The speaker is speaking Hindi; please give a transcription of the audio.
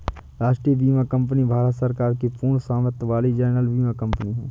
राष्ट्रीय बीमा कंपनी भारत सरकार की पूर्ण स्वामित्व वाली जनरल बीमा कंपनी है